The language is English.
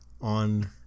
on